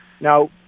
Now